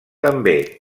també